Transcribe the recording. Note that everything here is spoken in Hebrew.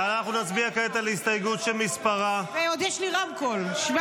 נצביע כעת על ההסתייגות שמספרה --- 793.